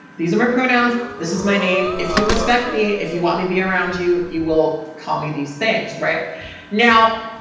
these are my pronouns, this is my name. if you respect me, if you want me to be around you, you will call me these things. right now.